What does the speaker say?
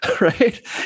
right